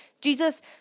Jesus